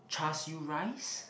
Char-Siew rice